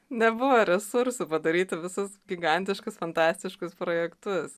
nebuvo resursų padaryti visus gigantiškus fantastiškus projektus